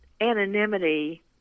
anonymity